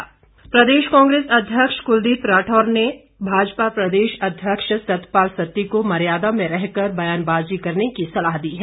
कुलदीप राठौर प्रदेश कांग्रेस अध्यक्ष कुलदीप राठौर ने भाजपा प्रदेश अध्यक्ष सतपाल सत्ती को मर्यादा में रहकर बयानबाजी करने की सलाह दी है